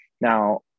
Now